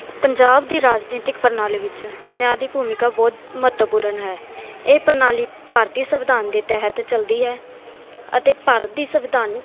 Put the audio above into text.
ਪੰਜਾਬ ਦੀ ਰਾਜਨੀਤਿਕ ਪ੍ਰਣਾਲੀ ਵਿੱਚ ਨਿਆਂ ਦੀ ਭੂਮਿਕਾ ਬਹੁਤ ਮਹੱਤਵਪੂਰਨ ਹੈ ਇਹ ਪ੍ਰਣਾਲੀ ਭਾਰਤੀ ਸੰਵਿਧਾਨ ਦੇ ਤਹਿਤ ਚਲਦੀ ਹੈ ਅਤੇ ਭਾਰਤੀ ਸੰਵਿਧਾਨ